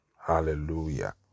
Hallelujah